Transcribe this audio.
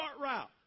route